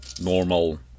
normal